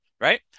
Right